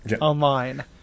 online